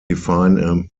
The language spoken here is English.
define